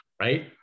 right